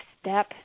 step